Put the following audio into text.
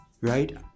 right